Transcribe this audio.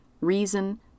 reason